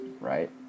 right